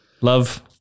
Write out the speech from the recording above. Love